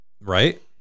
Right